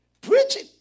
preaching